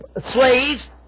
slaves